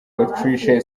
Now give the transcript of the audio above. autriche